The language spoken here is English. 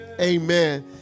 Amen